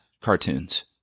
cartoons